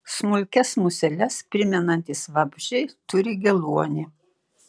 smulkias museles primenantys vabzdžiai turi geluonį